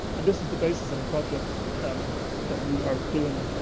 and this is the basis of a project um that we are doing,